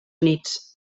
units